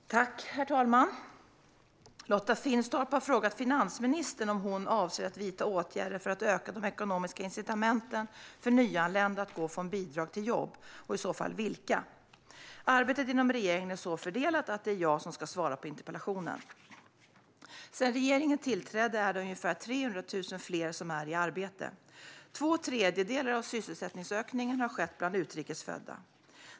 Svar på interpellationer Herr talman! Lotta Finstorp har frågat finansministern om hon avser att vidta åtgärder för att öka de ekonomiska incitamenten för nyanlända att gå från bidrag till jobb och i så fall vilka. Arbetet inom regeringen är så fördelat att det är jag som ska svara på interpellationen. Sedan regeringen tillträdde är det ungefär 300 000 fler som är i arbete. Två tredjedelar av sysselsättningsökningen har skett bland utrikes födda.